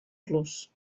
plus